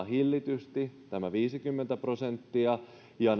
hillitysti tämän viisikymmentä prosenttia ja